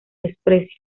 desprecio